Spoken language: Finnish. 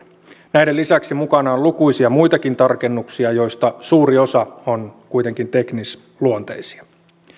näiden lisäksi mukana on lukuisia muitakin tarkennuksia joista suuri osa on kuitenkin teknisluonteisia